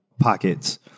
pockets